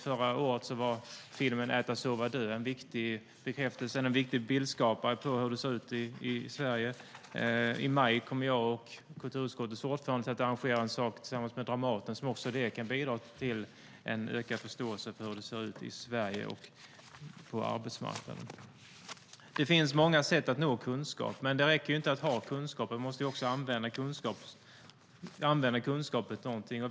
Förra året var filmen Äta, sova, dö en viktig bildskapare, en viktig bekräftelse på hur det ser ut i Sverige. I maj kommer jag och kulturutskottets ordförande arrangera en sak tillsammans med Dramaten som kan bidra till en ökad förståelse för hur det ser ut på arbetsmarknaden i Sverige. Det finns många sätt att nå kunskap. Men det räcker inte att ha kunskap. Man måste också använda kunskapen till någonting.